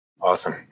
Awesome